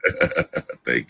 Thank